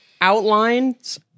outlines